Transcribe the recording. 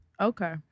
Okay